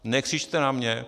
Nekřičte na mě!